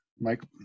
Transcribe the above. Mike